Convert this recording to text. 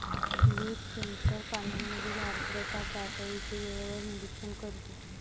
leaf sensor पानांमधील आर्द्रता पातळीचे वेळेवर निरीक्षण करते